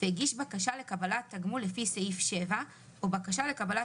והגיש בקשה לקבלת תגמול לפי סעיף 7 או בקשה לקבלת